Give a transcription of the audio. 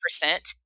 percent